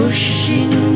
Pushing